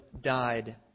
died